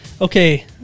Okay